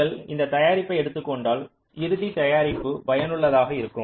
நீங்கள் இந்த தயாரிப்பை எடுத்துக் கொண்டால் இறுதி தயாரிப்பு பயனுள்ளதாக இருக்கும்